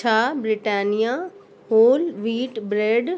छा Britannia whole wheat bread